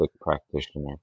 practitioner